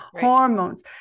hormones